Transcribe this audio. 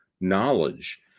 knowledge